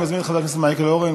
אני מזמין את חבר הכנסת מייקל אורן,